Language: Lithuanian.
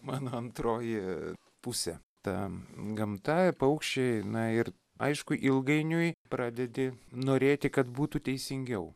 mano antroji pusė ta gamta ir paukščiai na ir aišku ilgainiui pradedi norėti kad būtų teisingiau